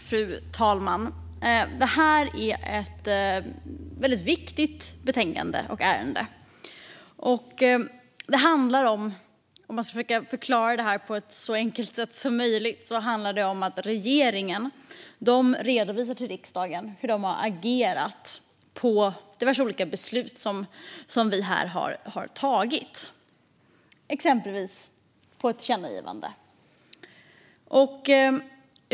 Fru talman! Det här är ett väldigt viktigt betänkande och ärende. Om man ska försöka förklara det här på ett så enkelt sätt som möjligt kan man säga att det handlar om att regeringen redovisar för riksdagen hur den har agerat på diverse olika beslut som vi har tagit här, exempelvis beslut om ett tillkännagivande.